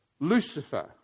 Lucifer